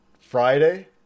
Friday